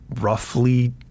roughly